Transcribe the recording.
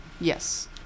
Yes